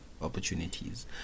opportunities